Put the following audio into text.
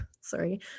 sorry